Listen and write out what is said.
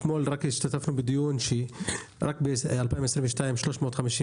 רק אתמול השתתפנו בדיון על כך שב-2022 היו 359